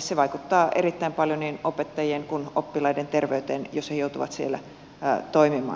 se vaikuttaa erittäin paljon niin opettajien kuin oppilaiden terveyteen jos he joutuvat siellä toimimaan